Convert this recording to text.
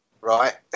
right